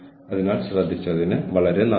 പക്ഷേ അത് ഒരു പ്രത്യേക ക്ലിപ്പ് ആയിരിക്കും